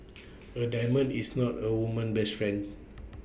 A diamond is not A woman's best friend